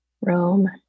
Rome